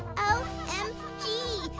o m g!